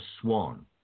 swan